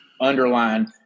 underline